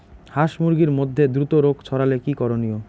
হাস মুরগির মধ্যে দ্রুত রোগ ছড়ালে কি করণীয়?